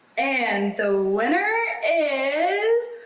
and the winner is.